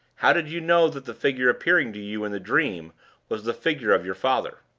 how did you know that the figure appearing to you in the dream was the figure of your father?